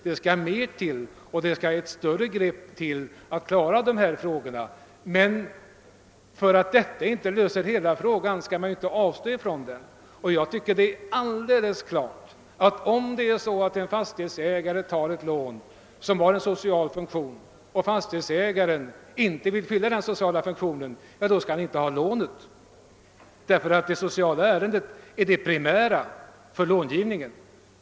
Det krävs ett större grepp för att klara dessa frågor. Att den begärda utredningen inte löser hela frågan betyder emellertid inte att man skall avstå från den. Det är för mig helt klart att en fastighetsägare som vill ta ett lån, vilket har en social funktion, men inte vill fylla denna inte heller skall få lånet. Det sociala ärendet är ju det primära vid långivningen.